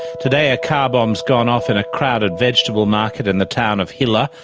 today a car bomb has gone off in a crowded vegetable market in the town of hilla,